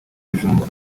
ibijumba